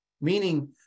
meaning